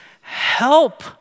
help